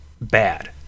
bad